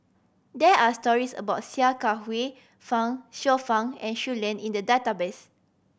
there are stories about Sia Kah Hui Fang Xiu Fang and Shui Lan in the database